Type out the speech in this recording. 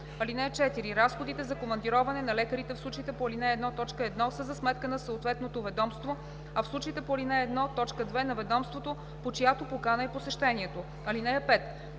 каса. (4) Разходите за командироване на лекарите в случаите по ал. 1, т. 1 са за сметка на съответното ведомство, а в случаите по ал. 1, т. 2 – на ведомството, по чиято покана е посещението. (5)